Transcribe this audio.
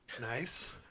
Nice